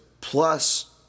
plus